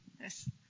Yes